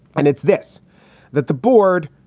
and it's this that the board,